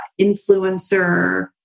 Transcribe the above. influencer